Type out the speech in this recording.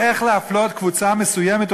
באיך להפלות קבוצה מסוימת,